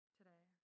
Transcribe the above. today